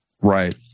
Right